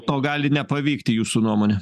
to gali nepavykti jūsų nuomone